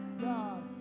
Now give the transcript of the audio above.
God